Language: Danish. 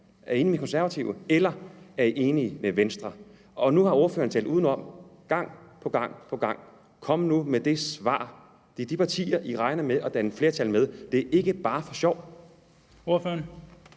og skrive og regne, eller er man enige med Venstre? Nu har ordføreren talt udenom gang på gang: Kom nu med det svar! Det er de partier, man regner med at danne flertal med. Det er ikke bare for sjov.